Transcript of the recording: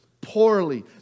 poorly